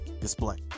display